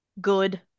good